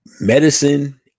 medicine